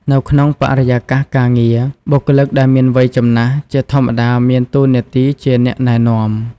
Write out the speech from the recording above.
នៅក្នុងបរិយាកាសការងារ បុគ្គលិកដែលមានវ័យចំណាស់ជាធម្មតាមានតួនាទីជាអ្នកណែនាំ។